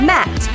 Matt